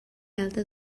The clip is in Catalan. alta